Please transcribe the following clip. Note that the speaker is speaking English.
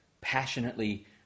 passionately